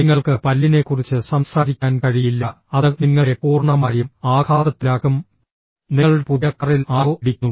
നിങ്ങൾക്ക് പല്ലിനെക്കുറിച്ച് സംസാരിക്കാൻ കഴിയില്ല അത് നിങ്ങളെ പൂർണ്ണമായും ആഘാതത്തിലാക്കും നിങ്ങളുടെ പുതിയ കാറിൽ ആരോ ഇടിക്കുന്നു